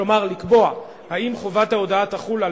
כלומר לקבוע אם חובת ההודעה תחול על